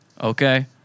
Okay